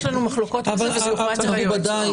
יש לנו מחלוקות לגבי הנחיות.